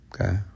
Okay